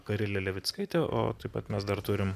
karilė levickaitė o taip pat mes dar turim